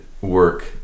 work